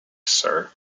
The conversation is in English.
sir